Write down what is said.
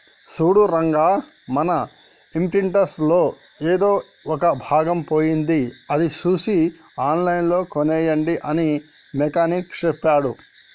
సూడు రంగా మన ఇంప్రింటర్ లో ఎదో ఒక భాగం పోయింది అది సూసి ఆన్లైన్ లో కోనేయండి అని మెకానిక్ సెప్పాడు